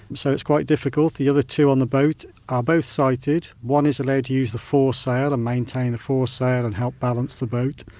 so, it's quite difficult. the other two on the boat are both sighted, one is allowed to use the fore sail and maintain the fore sail and help balance the boat.